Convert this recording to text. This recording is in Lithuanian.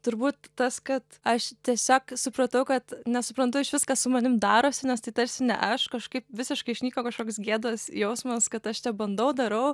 turbūt tas kad aš tiesiog supratau kad nesuprantu išvis kas su manim darosi nes tai tarsi ne aš kažkaip visiškai išnyko kažkoks gėdos jausmas kad aš čia bandau darau